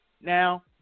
now